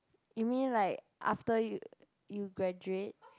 you mean like after you you graduate